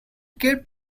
kept